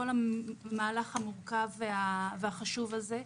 כל המהלך המורכב והחשוב הזה.